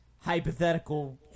hypothetical